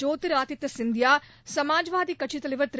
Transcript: ஜோதிர் ஆதித்ப சிந்தியா சுமாஜ்வாடி கட்சி தலைவர் திரு